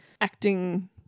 acting